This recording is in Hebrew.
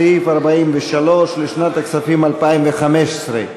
סעיף 43 לשנת התקציב 2015,